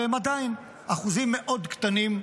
והם עדיין אחוזים מאוד קטנים,